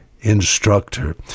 instructor